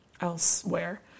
elsewhere